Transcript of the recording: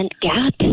gap